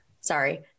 sorry